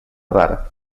dar